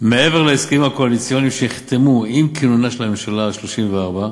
מעבר להסכמים הקואליציוניים שנחתמו עם כינונה של הממשלה ה-34,